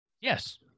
Yes